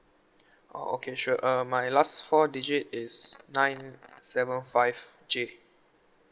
oh okay sure uh my last four digit is nine seven five J